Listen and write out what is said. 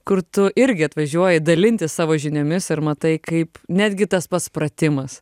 kur tu irgi atvažiuoji dalintis savo žiniomis ir matai kaip netgi tas pats pratimas